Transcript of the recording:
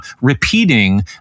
repeating